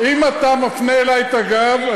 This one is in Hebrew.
אם אתה מפנה אלי את הגב,